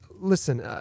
listen